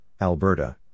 Alberta